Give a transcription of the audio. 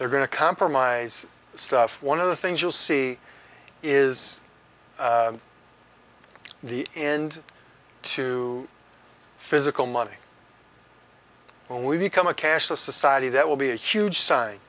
they're going to compromise stuff one of the things you'll see is the end to physical money when we become a cashless society that will be a huge side